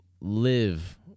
Live